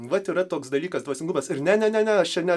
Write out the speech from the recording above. vat yra toks dalykas dvasingumas ir ne ne ne aš čia ne